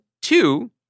Two